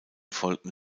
folgten